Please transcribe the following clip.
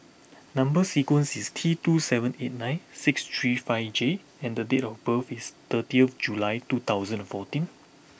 number sequence is T two seven eight nine six three five J and the date of birth is thirtieth July two thousand fourteen